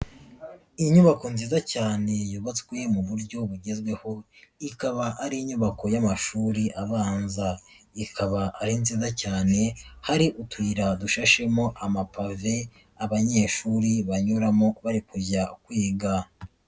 Inyubako nziza cyane yubatswe mu buryo bugezweho, ikaba ari inyubako y'amashuri abanza, ikaba ari nziza cyane hari utuyira dushashemo amapave, abanyeshuri banyuramo bari kujya kwiga.